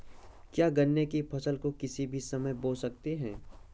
क्या गन्ने की फसल को किसी भी समय बो सकते हैं?